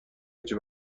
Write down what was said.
هیچ